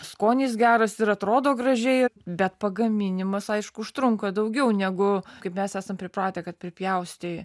skonis geras ir atrodo gražiai bet pagaminimas aišku užtrunka daugiau negu kaip mes esam pripratę kad pripjaustei